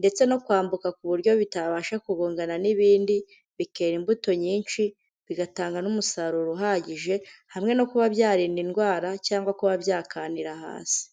ndetse no kwambuka ku buryo bitabasha kugongana n'ibindi, bikera imbuto nyinshi bigatanga n'umusaruro uhagije, hamwe no kuba byarinda indwara cyangwa kuba byakanira hasi.